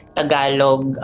Tagalog